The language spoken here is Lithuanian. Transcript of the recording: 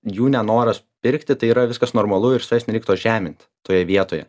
jų nenoras pirkti tai yra viskas normalu ir savęs nereik to žemint toje vietoje